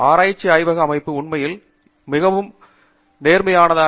ஆராய்ச்சி ஆய்வக அமைப்பு உண்மையில் மிகவும் நேர்மையானது